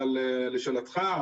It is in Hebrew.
אבל לשאלתך,